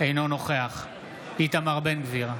אינו נוכח איתמר בן גביר,